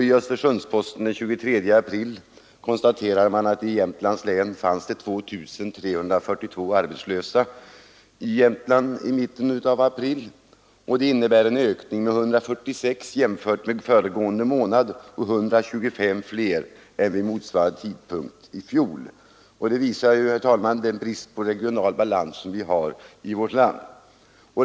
I Östersunds-Posten den 23 april konstateras att det i Jämtlands län fanns 2 342 arbetslösa i mitten av april. Det innebär en ökning med 146 jämfört med föregående månad och är 125 fler än vid motsvarande tidpunkt i fjol. Detta visar, herr talman, den brist på regional balans som vi har i vårt land.